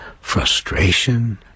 frustration